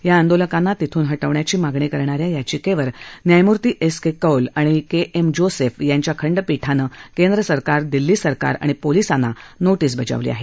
या आंदोलकांना तिथून हटवण्याची मागणी करणाऱ्या याचिकेवर न्यायमूर्ती एस के कौल आणि न्यायमूर्ती के एम जोसेफ यांच्या खंडपीठानं केंद्र सरकार दिल्ली सरकार आणि पोलिसांना नोटीस बजावली आहे